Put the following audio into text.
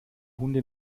hunde